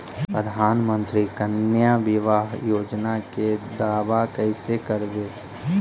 प्रधानमंत्री कन्या बिबाह योजना के दाबा कैसे करबै?